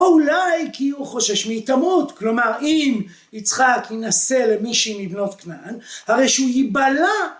או אולי כי הוא חושש מהיטמעות, כלומר אם יצחק יינשא למישהי מבנות כנען, הרי שהוא ייבלע